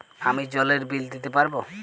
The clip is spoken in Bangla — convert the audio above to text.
আমি জলের বিল দিতে পারবো?